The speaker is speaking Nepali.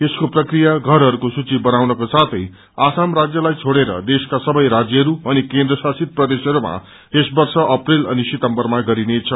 यसको प्रक्रिया धरहरूकोस्त्री बनाउनको साथै आसाम राज्यलाई छोडेर देशका सवै राज्यहरू अनि केन्द्रशासित प्रदेशहरूमा यस वर्ष अप्रेल अनि सितम्बरमा गरिने छ